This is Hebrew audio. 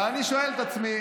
אבל אני שואל את עצמי